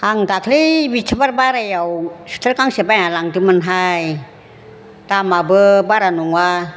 आं दाख्लै बिसथिबार बारायाव सुइटार गांसे बायनानै लांदोंमोनहाय दामाबो बारा नङा